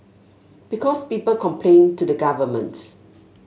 because people complain to the government